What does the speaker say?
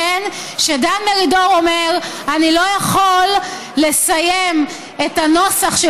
שדן מרידור אומר: אני לא יכול לסיים את הנוסח של